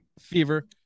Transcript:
fever